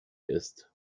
ist